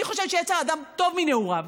אני חושבת שיצר האדם טוב מנעוריו,